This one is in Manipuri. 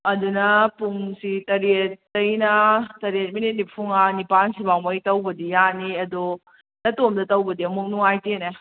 ꯑꯗꯨꯅ ꯄꯨꯡꯁꯤ ꯇꯔꯦꯠꯇꯩꯅ ꯇꯔꯦꯠ ꯃꯤꯅꯤꯠ ꯅꯤꯐꯨꯃꯉꯥ ꯅꯤꯄꯥꯟ ꯁꯤꯐꯥꯎꯉꯩ ꯇꯧꯕꯗꯤ ꯌꯥꯅꯤ ꯑꯗꯣ ꯅꯇꯣꯝꯗ ꯇꯧꯕꯗꯤ ꯑꯃꯨꯛ ꯅꯨꯡꯉꯥꯏꯇꯦꯅꯦ